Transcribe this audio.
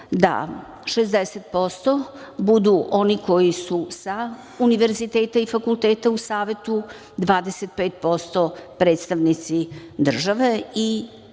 da 60% budu oni koji su sa univerziteta i fakulteta u Savetu, 25% predstavnici države i ostalo